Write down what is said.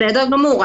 בסדר גמור,